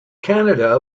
canada